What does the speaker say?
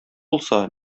булса